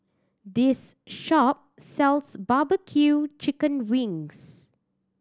this shop sells bbq chicken wings